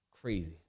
Crazy